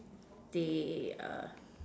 they err